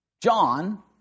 John